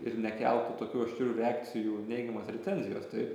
ir nekeltų tokių aštrių reakcijų neigiamos recenzijos tai